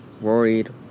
worried